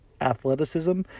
athleticism